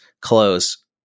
close